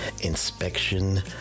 inspection